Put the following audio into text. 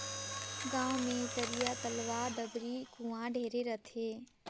गांव मे तरिया, तलवा, डबरी, कुआँ ढेरे रथें